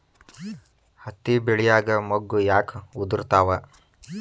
ಹತ್ತಿ ಬೆಳಿಯಾಗ ಮೊಗ್ಗು ಯಾಕ್ ಉದುರುತಾವ್?